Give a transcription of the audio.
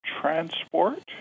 Transport